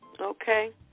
Okay